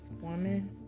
woman